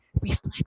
reflect